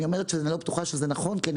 אני אומרת שאני לא בטוחה שזה נכון כי אני